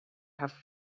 have